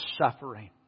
suffering